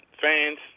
fans